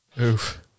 Oof